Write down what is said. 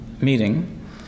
meeting